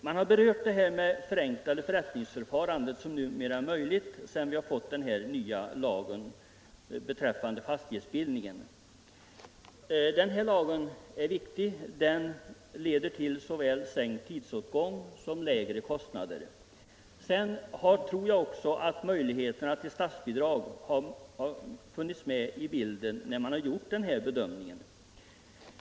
Man har t.ex. berört det förenklade förrättningsförfarande som numera är möjligt sedan vi har fått den nya lagen om fastighetsbildning. Den lagen är viktig, eftersom den leder till såväl sänkt tidsåtgång som lägre kostnader. Också möjligheterna till statsbidrag har nog funnits med i bilden när man gjort denna bedömning.